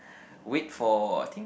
wait for I think